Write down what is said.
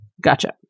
Gotcha